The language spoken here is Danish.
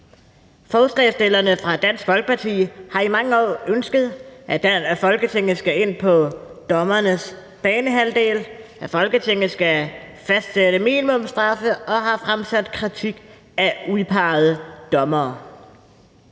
Forslagsstillerne fra Dansk Folkeparti har i mange år ønsket, at Folketinget skal ind på dommernes banehalvdel, og at Folketinget skal fastsætte minimumsstraffe, og har fremsat kritik af udpegede dommere.